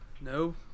No